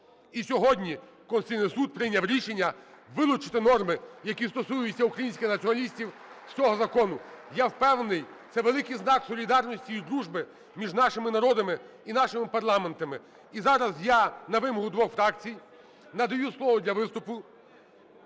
І сьогодні Конституційний Суд прийняв рішення вилучити норми, які стосуються українських націоналістів, з цього закону. Я впевнений, це великий знак солідарності і дружби між нашими народами і нашими парламентами. І зараз я на вимогу двох фракцій надаю слово для виступу